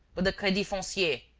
but the credit foncier.